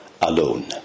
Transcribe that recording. alone